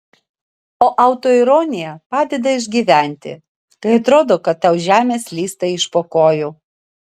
o autoironija padeda išgyventi kai atrodo kad tau žemė slysta iš po kojų